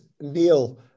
Neil